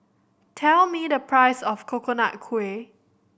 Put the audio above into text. tell me the price of Coconut Kuih